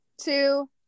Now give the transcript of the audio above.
two